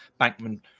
bankman